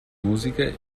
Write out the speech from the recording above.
música